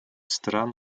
стран